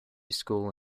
school